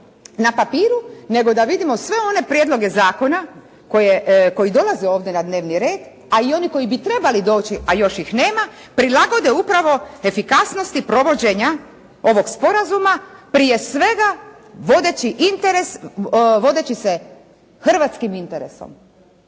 na papiru, nego da vidimo sve one prijedloge zakona koji dolaze ovdje na dnevni red, a i oni koji bi trebali doći, a još ih nema prilagode upravo efikasnosti provođenja ovog sporazuma prije svega vodeći interes,